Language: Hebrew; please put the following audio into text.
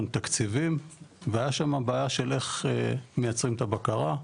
תקציבים והיה שמה בעיה של איך מייצרים את הבקרה,